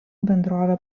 bendrovė